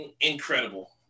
incredible